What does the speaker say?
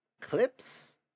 clips